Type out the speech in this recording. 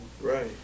Right